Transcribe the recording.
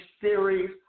series